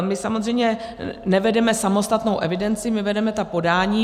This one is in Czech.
My samozřejmě nevedeme samostatnou evidenci, my vedeme ta podání.